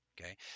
Okay